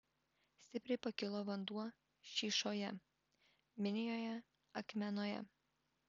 stipriai pakilo vanduo šyšoje minijoje akmenoje